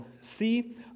See